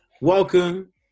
welcome